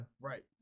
Right